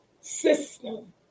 system